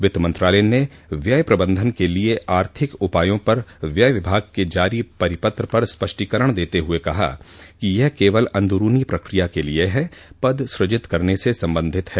वित्त मंत्रालय ने व्यय प्रबंधन के लिए आर्थिक उपायों पर व्यय विभाग क जारी परिपत्र पर स्पष्टीकरण देते हुए कहा कि यह केवल अंदरूनी प्रक्रिया के लिए पद सजित करने से संबंधित है